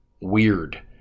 weird